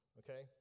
okay